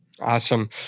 Awesome